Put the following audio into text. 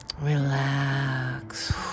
relax